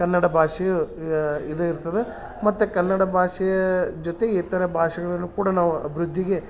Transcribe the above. ಕನ್ನಡ ಭಾಷೆಯು ಇದು ಇರ್ತದ ಮತ್ತು ಕನ್ನಡ ಭಾಷೆ ಜೊತೆಗೆ ಇತರ ಭಾಷೆಗಳನ್ನು ಕೂಡ ನಾವು ಅಭಿವೃದ್ಧಿಗೆ